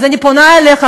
אז אני פונה אליך,